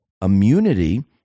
immunity